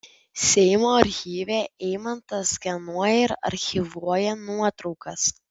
seimo archyve eimantas skenuoja ir archyvuoja nuotraukas